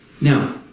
now